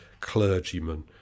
clergyman